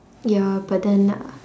ya but then